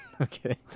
Okay